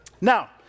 now